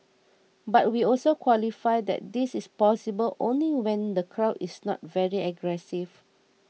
but we also qualify that this is possible only when the crowd is not very aggressive